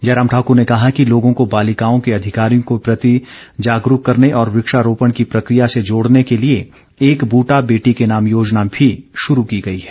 जयराम ठाकर ने कहा कि लोगों को बालिकाओं के अधिकारों के प्रति जागरूक करने और वक्षारोपण की प्रक्रिया से जोड़ने के लिए एक बूटा बेटी के नाम योजना भी शुरू की गई है